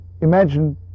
Imagine